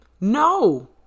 No